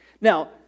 Now